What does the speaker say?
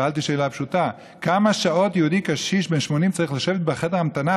ושאלתי שאלה פשוטה: כמה שעות יהודי קשיש בן 80 צריך לשבת בחדר המתנה.